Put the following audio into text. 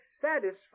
satisfied